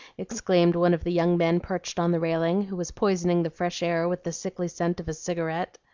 exclaimed one of the young men perched on the railing, who was poisoning the fresh air with the sickly scent of a cigarette.